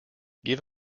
give